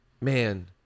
man